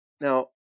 Now